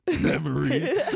memories